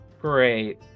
Great